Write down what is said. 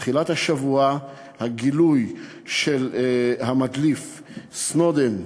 בתחילת השבוע, הגילוי של המדליף סנודן,